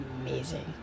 amazing